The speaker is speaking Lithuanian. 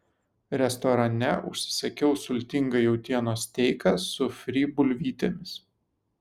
restorane užsisakiau sultingą jautienos steiką su fry bulvytėmis